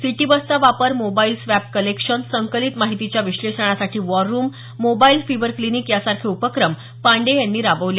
city बसचा वापर mobile swab collection संकलित माहितीच्या विश्लेषणासाठी war room mobile fever clinic यासारखे उपक्रम पांडेय यांनी राबवले